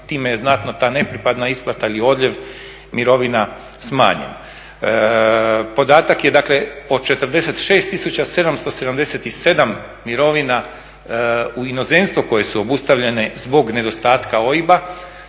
time je znatno ta nepripadna isplata ili odljev mirovina smanjen. Podatak je dakle od 46 tisuća 777 mirovina u inozemstvu koje su obustavljene zbog nedostatka OIB-a,